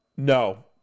No